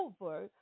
over